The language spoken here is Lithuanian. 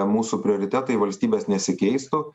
mūsų prioritetai valstybės nesikeistų